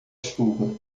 chuva